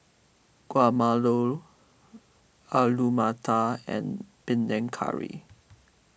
Alu Matar and Panang Curry